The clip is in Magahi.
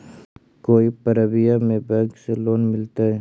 कोई परबिया में बैंक से लोन मिलतय?